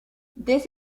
this